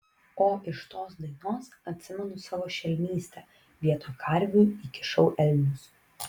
o iš tos dainos atsimenu savo šelmystę vietoj karvių įkišau elnius